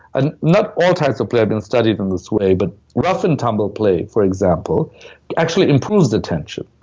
and not all types of play have been studied in this way, but rough and tumble play, for example actually improves attention.